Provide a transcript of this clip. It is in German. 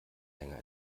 länger